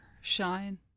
shine